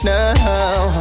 now